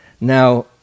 now